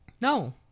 No